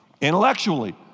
Intellectually